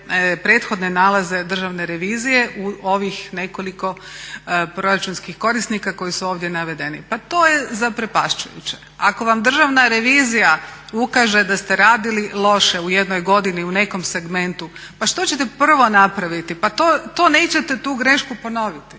prethodne nalaze Državne revizije u ovih nekoliko proračunskih korisnika koji su ovdje navedeni. Pa to je zaprepašćujuće! Ako vam Državna revizija ukaže da ste radili loše u jednoj godini u nekom segmentu pa što ćete prvo napraviti? Pa to nećete tu grešku ponoviti,